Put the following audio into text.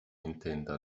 intenta